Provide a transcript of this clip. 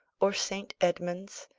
or saint edmund's,